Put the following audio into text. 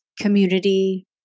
community